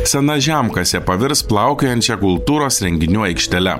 sena žemkasė pavirs plaukiojančia kultūros renginių aikštele